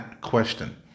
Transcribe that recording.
question